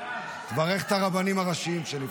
תברך את הרבנים הראשיים שנבחרו,